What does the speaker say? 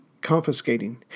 confiscating